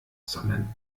sondern